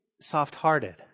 soft-hearted